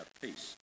peace